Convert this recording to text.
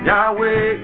Yahweh